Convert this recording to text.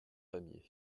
pamiers